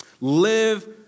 Live